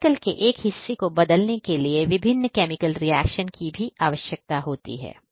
chemical के एक हिस्से को बदलने के लिए विभिन्न केमिकल रिएक्शन की भी आवश्यकता होती है